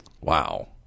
Wow